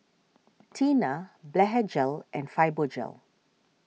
Tena Blephagel and Fibogel